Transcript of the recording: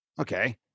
Okay